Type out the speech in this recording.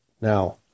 Now